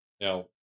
Now